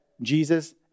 Jesus